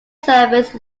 service